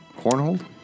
Cornhold